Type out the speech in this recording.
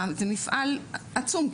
זה מפעל עצום,